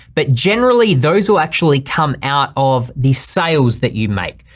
but generally those will actually come out of the sales that you make.